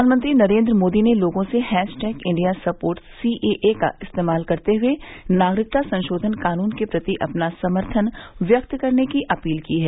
प्रधानमंत्री नरेन्द्र मोदी ने लोगों से hashtag India supports C A A का इस्तेमाल करते हुए नागरिकता संशोधन कानून के प्रति अपना समर्थन व्यक्त करने की अपील की है